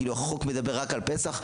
כאילו החוק מדבר רק על פסח,